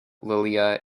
lilia